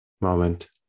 moment